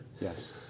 Yes